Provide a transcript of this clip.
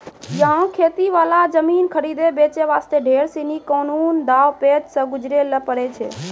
यहाँ खेती वाला जमीन खरीदै बेचे वास्ते ढेर सीनी कानूनी दांव पेंच सॅ गुजरै ल पड़ै छै